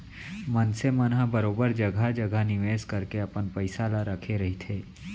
मनसे मन ह बरोबर जघा जघा निवेस करके अपन पइसा ल रखे रहिथे